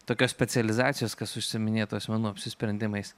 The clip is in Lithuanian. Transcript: tokios specializacijos kas užsiiminėtų asmenų apsisprendimais